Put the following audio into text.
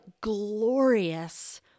glorious